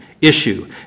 Issue